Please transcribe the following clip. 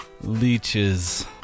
Leeches